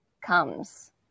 comes